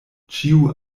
ĉiu